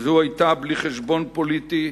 וזאת היתה, בלי חשבון פוליטי,